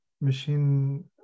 machine